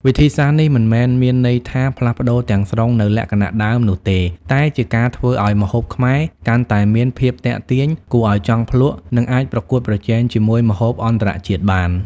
វិធីសាស្ត្រនេះមិនមែនមានន័យថាផ្លាស់ប្តូរទាំងស្រុងនូវលក្ខណៈដើមនោះទេ តែជាការធ្វើឲ្យម្ហូបខ្មែរកាន់តែមានភាពទាក់ទាញ គួរឲ្យចង់ភ្លក់ និងអាចប្រកួតប្រជែងជាមួយម្ហូបអន្តរជាតិបាន។